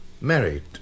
Married